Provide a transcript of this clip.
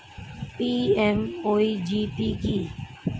PMEGP কি?